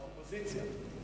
באופוזיציה.